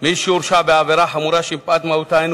של מי שהורשע בעבירה חמורה שמפאת מהותה אין